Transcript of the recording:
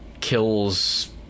kills